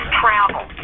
travel